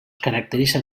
caracteritza